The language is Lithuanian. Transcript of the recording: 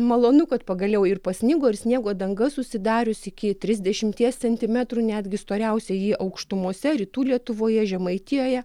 malonu kad pagaliau ir pasnigo ir sniego danga susidarius iki trisdešimties centimetrų netgi storiausiąjį aukštumose rytų lietuvoje žemaitijoje